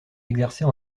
exercer